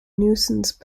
nuisance